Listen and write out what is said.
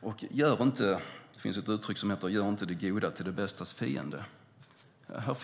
Det finns ett uttryck som lyder: Gör inte det goda till det bästas fiende. Här